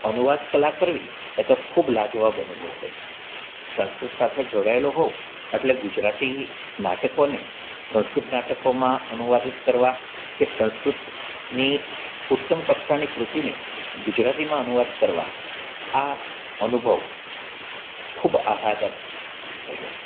અનુવાદ કલા કરવી એ તો ખૂબ લાજવાબ અનુભવ હોય સંસ્કૃત સાથે જોડાયેલો હોવ એટલે ગુજરાતી નાટકોને સંસ્કૃત નાટકોમાં અનુવાદિત કરવા કે સંસ્કૃત ની ઉત્તમ કક્ષાની કૃતિને ગુજરાતીમાં અનુવાદ કરવા આ અનુભવ ખૂબ આહલાદક રહ્યો